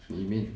里面